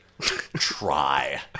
try